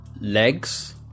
legs